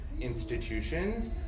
institutions